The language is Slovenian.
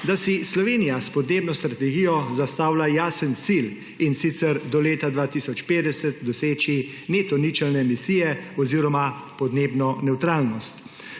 da si Slovenija s podnebno strategijo zastavlja jasen cilj, in sicer do leta 2050 doseči neto ničelne misije oziroma podnebno nevtralnost.